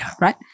right